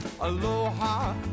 Aloha